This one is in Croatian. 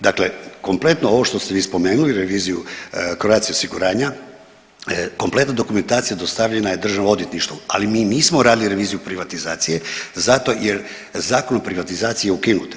Dakle, kompletno ovo što ste vi spomenuli reviziju Croatia osiguranja, kompletna dokumentacija dostavljena je Državnom odvjetništvu, ali mi nismo radili reviziju privatizacije zato jer Zakon o privatizaciji je ukinut.